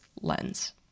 lens